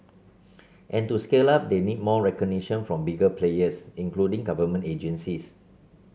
and to scale up they need more recognition from bigger players including government agencies